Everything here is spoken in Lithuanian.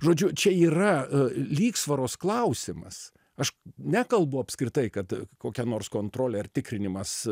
žodžiu čia yra lygsvaros klausimas aš nekalbu apskritai kad kokia nors kontrolė ar tikrinimas